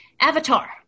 avatar